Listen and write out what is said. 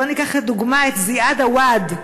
בוא ניקח לדוגמה את זיאד עוואד,